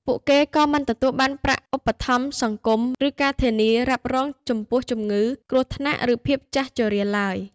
ពួកគេក៏មិនទទួលបានប្រាក់ឧបត្ថម្ភសង្គម ឬការធានារ៉ាប់រងចំពោះជំងឺ គ្រោះថ្នាក់ ឬភាពចាស់ជរាឡើយ។